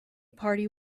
party